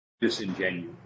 disingenuous